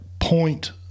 point